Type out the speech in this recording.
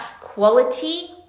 quality